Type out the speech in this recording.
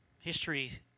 History